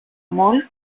μόλις